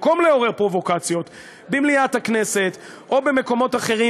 במקום לעורר פרובוקציות במליאת הכנסת או במקומות אחרים,